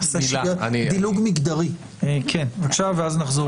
ועל נסיבותיה, ועל חומרתה, וכן הלאה.